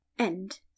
End